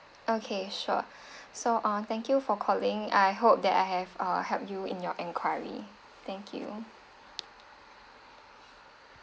okay sure so uh thank you for calling I hope that I have uh help you in your enquiry thank you